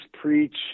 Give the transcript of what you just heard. preach